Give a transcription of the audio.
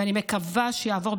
ואני מקווה שיעבור,